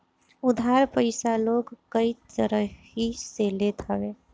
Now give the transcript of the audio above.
उधार पईसा लोग कई तरही से लेत हवे